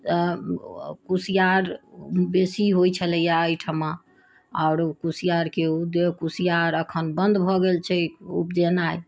आ कुसियार बेसी होइत छलैया एहिठुमा आओर कुसियारके उद्योग कुसियार अखन बन्द भऽ गेल छै उपजेनाइ